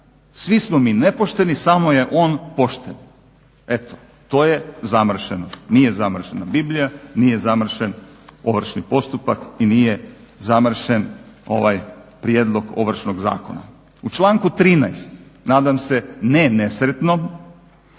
Svi smo mi nepošteni samo je on pošten. Eto to je zamršeno. Nije zamršena Biblija, nije zamršen ovršen postupak i nije zamršen ovaj prijedlog ovršnog zakona. U članku 13. nadam se ne nesretnom